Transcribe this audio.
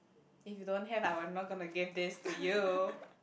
if you don't have I will not gonna give this to you